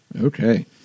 Okay